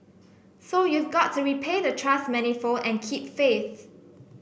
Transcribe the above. so you've got to repay the trust manifold and keep faith